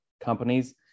companies